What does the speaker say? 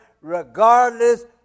regardless